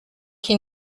qui